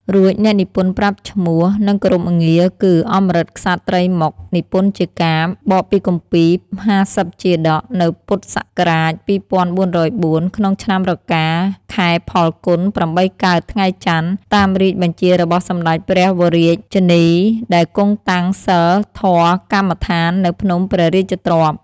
រួចអ្នកនិពន្ធប្រាប់ឈ្មោះ និងគោរមងារគឺ អម្រឹតក្សត្រីម៉ុក និពន្ធជាកាព្យ បកពីគម្ពីរ៥០ជាតក៍ នៅពុទ្ធសករាជ២៤០៤ ក្នុងឆ្នាំរកា ខែផល្គុន ៨កើត ថ្ងៃចន្ទ តាមរាជបញ្ជារបស់សម្តេចព្រះវររាជជននីដែលគង់តាំងសីលធម៌កម្មដ្ឋាននៅភ្នំព្រះរាជទ្រព្យ។